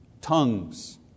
tongues